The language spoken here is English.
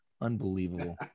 unbelievable